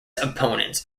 opponents